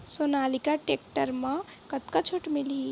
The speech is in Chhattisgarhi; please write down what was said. सोनालिका टेक्टर म कतका छूट मिलही?